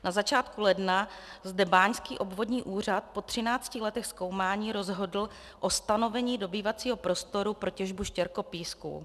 Na začátku ledna zde obvodní báňský úřad po třinácti letech zkoumání rozhodl o stanovení dobývacího prostoru pro těžbu štěrkopísků.